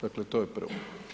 Dakle, to je prvo.